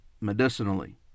medicinally